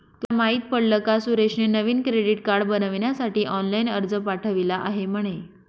तुला माहित पडल का सुरेशने नवीन क्रेडीट कार्ड बनविण्यासाठी ऑनलाइन अर्ज पाठविला आहे म्हणे